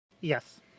Yes